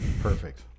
Perfect